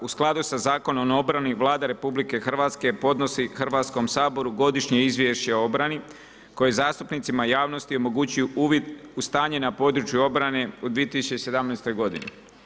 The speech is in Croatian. U skladu sa Zakonom o obrani Vlada RH podnosi Hrvatskom saboru Godišnje izvješće o obrani koje zastupnicima i javnosti omogućuju uvid u stanje na području obrane u 2017. godini.